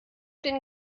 den